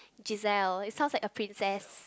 Giselle it sounds like a princess